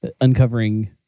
uncovering